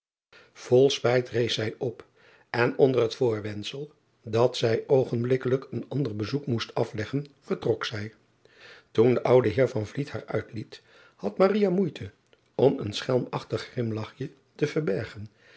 ol spijt rees zij op en onder het voorwendsel dat zij oogenblikkelijk een ander bezoek moest afleggen vertrok zij oen de oude eer haar uitliet had moeite om een schelmachtig grimlachje te verbergen